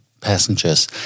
passengers